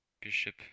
Bishop